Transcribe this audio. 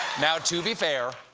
now, to be fair,